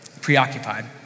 preoccupied